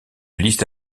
liste